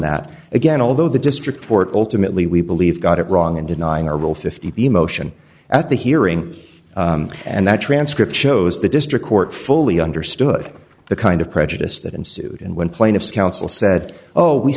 that again although the district court ultimately we believe got it wrong in denying a role fifty emotion at the hearing and that transcript shows the district court fully understood the kind of prejudice that ensued and when plaintiff's counsel said oh we